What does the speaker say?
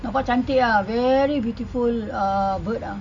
nampak cantik ah very beautiful uh bird ah